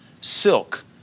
silk